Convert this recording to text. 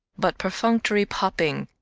but perfunctory popping.